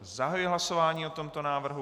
Zahajuji hlasování o tomto návrhu.